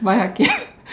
ya again